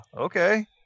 okay